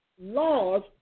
laws